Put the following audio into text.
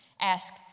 ask